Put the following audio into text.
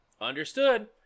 Understood